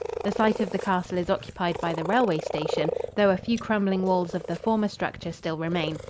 the site of the castle is occupied by the railway station, though a few crumbling walls of the former structure still remain.